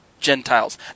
Gentiles